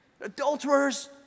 Adulterers